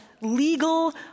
legal